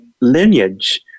lineage